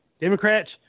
Democrats